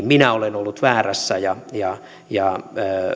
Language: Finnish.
minä olen ollut väärässä ja ja